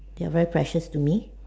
they are very precious to me